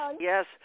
yes